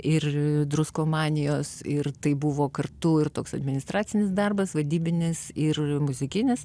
ir druskomanijos ir tai buvo kartu ir toks administracinis darbas vadybinis ir muzikinis